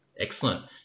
Excellent